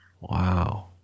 Wow